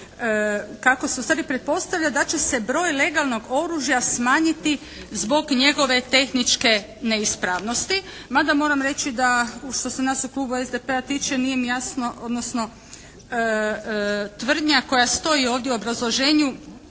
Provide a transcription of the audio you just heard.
kako se, ustvari pretpostavlja se da će se broj legalnog oružja smanjiti zbog njegove tehničke neispravnosti, mada moram reći što se nas u klubu SDP-a tiče, nije mi jasno odnosno tvrdnja koja stoji ovdje u obrazloženju